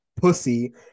pussy